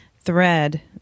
thread